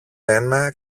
ένα